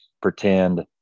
pretend